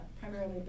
primarily